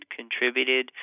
contributed